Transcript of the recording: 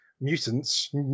mutants